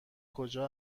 کجا